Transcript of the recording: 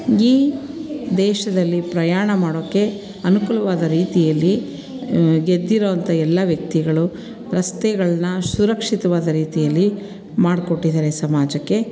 ಈ ದೇಶದಲ್ಲಿ ಪ್ರಯಾಣ ಮಾಡೋಕ್ಕೆ ಅನುಕೂಲವಾದ ರೀತಿಯಲ್ಲಿ ಗೆದ್ದಿರುವಂಥ ಎಲ್ಲ ವ್ಯಕ್ತಿಗಳು ರಸ್ತೆಗಳನ್ನ ಸುರಕ್ಷಿತವಾದ ರೀತಿಯಲ್ಲಿ ಮಾಡ್ಕೊಟ್ಟಿದ್ದಾರೆ ಸಮಾಜಕ್ಕೆ